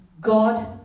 God